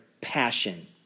passion